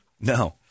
No